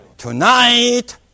Tonight